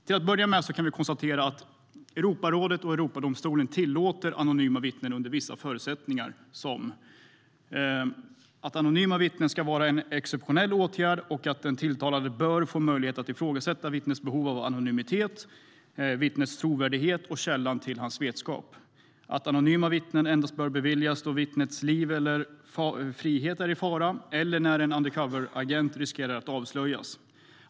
Till att börja med kan vi konstatera att Europarådet och Europadomstolen tillåter anonyma vittnen under vissa förutsättningar. Anonyma vittnesmål ska vara en exceptionell åtgärd. Den tilltalade bör få möjlighet att ifrågasätta vittnets behov av anonymitet, hans trovärdighet och källan till hans vetskap. Anonymitet bör endast beviljas då vittnets liv eller frihet är i fara eller när en undercoveragent riskerar att avslöjas.